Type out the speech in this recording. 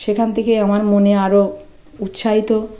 সেখান থেকে আমার মনে আরো উৎসাহিত